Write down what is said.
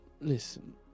listen